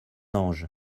ange